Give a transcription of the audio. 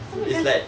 so macam